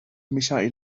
michael